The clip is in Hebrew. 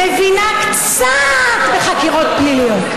מבינה קצת בחקירות פליליות.